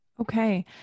Okay